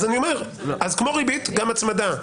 אני אומר, כמו ריבית גם הצמדה.